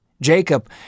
Jacob